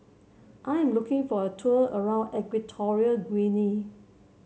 I am looking for a tour around Equatorial Guinea